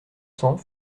cents